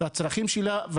והצרכים שלה,